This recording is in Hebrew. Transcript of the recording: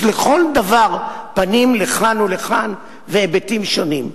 יש לכל דבר פנים לכאן ולכאן והיבטים שונים,